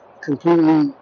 completely